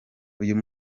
uyu